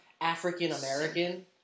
African-American